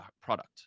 product